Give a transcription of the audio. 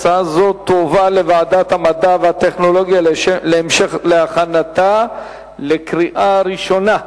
הצעה זו תועבר לוועדת המדע והטכנולוגיה להכנתה לקריאה ראשונה.